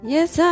Yes